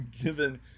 given